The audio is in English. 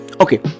Okay